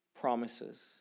promises